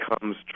comes